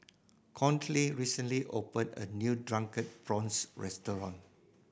Conley recently opened a new Drunken Prawns restaurant